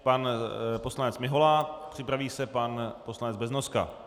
Pan poslanec Mihola, připraví se pan poslanec Beznoska.